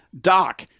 Doc